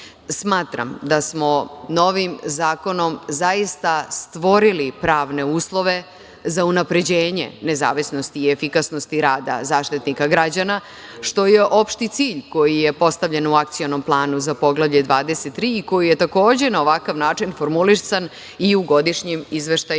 Smatram da smo novim zakonom zaista stvorili pravne uslove za unapređenje nezavisnosti i efikasnosti rada Zaštitnika građana, što je opšti cilj, koji je postavljen u akcionom planu za Poglavlje 23. i koji je takođe na ovakav način formulisan i u godišnjim izveštajima